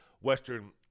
Western